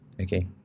okay